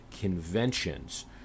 conventions